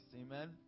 Amen